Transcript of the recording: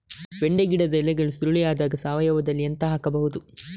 ಬೆಂಡೆ ಗಿಡದ ಎಲೆಗಳು ಸುರುಳಿ ಆದಾಗ ಸಾವಯವದಲ್ಲಿ ಎಂತ ಹಾಕಬಹುದು?